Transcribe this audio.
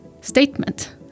statement